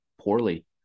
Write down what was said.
poorly